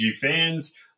fans